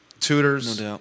Tutors